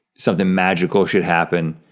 something magical should happen.